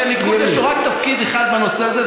כי לליכוד יש רק תפקיד אחד בנושא הזה,